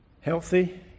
healthy